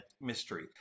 mystery